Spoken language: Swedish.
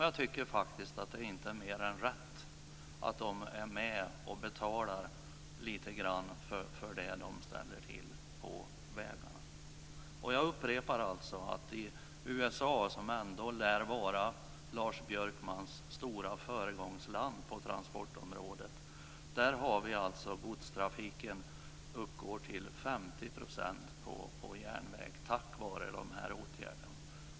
Jag tycker faktiskt att det inte är mer än rätt att de är med och betalar lite grann för det som de ställer till med på vägarna. Jag upprepar att i USA - som ändå lär vara Lars Björkmans stora föregångsland på transportområdet - uppgår godstrafik på järnväg till 50 %, tack vare åtgärder.